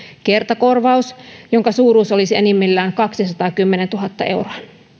kertakorvaus jonka suuruus olisi enimmillään kaksisataakymmentätuhatta euroa